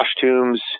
costumes